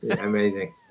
Amazing